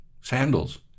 sandals